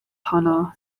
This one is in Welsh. honno